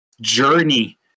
journey